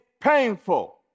painful